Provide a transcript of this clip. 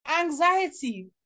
anxiety